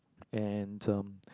and um